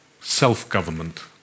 self-government